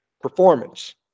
performance